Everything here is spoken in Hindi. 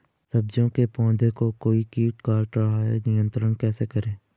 सब्जियों के पौधें को कोई कीट काट रहा है नियंत्रण कैसे करें?